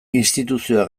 instituzioa